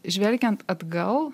žvelgiant atgal